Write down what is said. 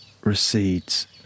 recedes